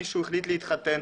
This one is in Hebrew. מישהו החליט להתחתן,